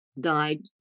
died